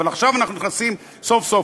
אבל עכשיו אנחנו נכנסים סוף-סוף,